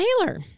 Taylor